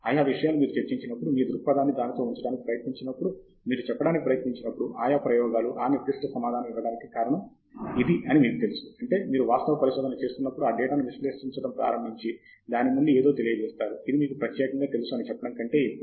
ఆయా విషయాలు మీరు చర్చించినప్పుడు మీ దృక్పథాన్ని దానితో ఉంచడానికి ప్రయత్నించినప్పుడు మీరు చెప్పడానికి ప్రయత్నించినప్పుడు ఆయా ప్రయోగాలు ఆ నిర్దిష్ట సమాధానం ఇవ్వడానికి కారణం ఇది అని మీకు తెలుసు అంటే మీరు వాస్తవానికి పరిశోధన చేస్తున్నప్పుడు ఆ డేటాను విశ్లేషించడం ప్రారంభించి దాని నుండి ఏదో తెలియజేస్తారు ఇది మీకు ప్రత్యేకంగా తెలుసు అని చెప్పడం కంటే ఎక్కువ